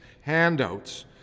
handouts